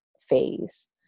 phase